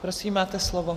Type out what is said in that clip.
Prosím, máte slovo.